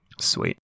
Sweet